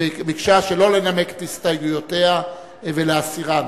ביקשה שלא לנמק את הסתייגויותיה ולהסירן.